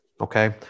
Okay